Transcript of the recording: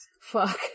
Fuck